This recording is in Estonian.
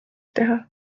teha